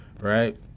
right